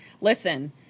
Listen